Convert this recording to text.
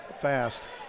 Fast